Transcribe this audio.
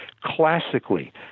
classically